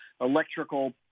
electrical